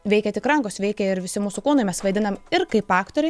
veikia tik rankos veikia ir visi mūsų kūnai mes vaidinam ir kaip aktoriai